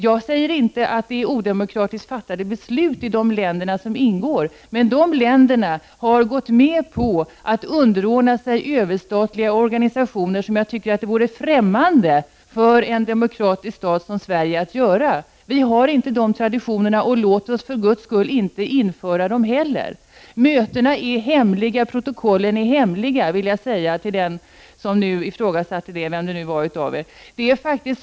Jag säger inte att de beslut som fattats av medlemsländerna är odemokratiska, men de länderna har gått med på att underordna sig överstatliga organisatio ner på ett sätt som jag tycker vore främmande för en demokratisk stat som Sverige. Vi har inte sådana traditioner, och låt oss för Guds skull inte införa dem heller. Jag vill till den som ifrågasatte min uppgift säga att mötena och protokollen är hemliga.